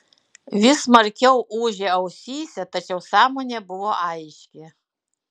vis smarkiau ūžė ausyse tačiau sąmonė buvo aiški